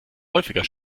häufiger